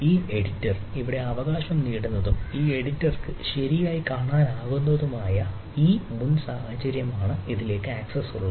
ഈ എഡിറ്റർ ഇവിടെ അവകാശം നേടുന്നതും ഈ എഡിറ്റർക്ക് ശരിയായി കാണാനാകുന്നതുമായ ഈ മുൻ സാഹചര്യമാണ് ഇതിലേക്ക് ആക്സസ് ഉള്ളത്